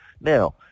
now